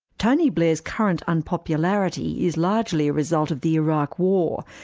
tony blair's current unpopularity is largely a result of the iraq war,